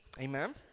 amen